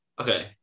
Okay